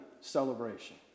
celebration